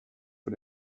für